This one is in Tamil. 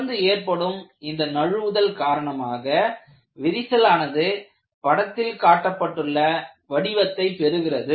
தொடர்ந்து ஏற்படும் இந்த நழுவுதல் காரணமாக விரிசலானது படத்தில் காட்டப்பட்டுள்ள வடிவத்தைப் பெறுகிறது